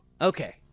Okay